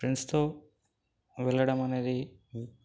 ఫ్రెండ్స్తో వెళ్ళడం అనేది